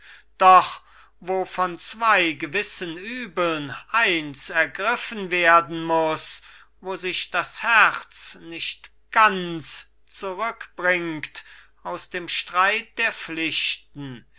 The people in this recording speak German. doch wo von zwei gewissen übeln eins ergriffen werden muß wo sich das herz nicht ganz zurückbringt aus dem streit der pflichten